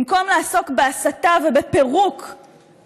במקום לעסוק בהסתה ובפירוק, תודה.